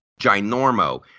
ginormo